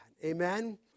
Amen